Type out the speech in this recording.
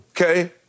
Okay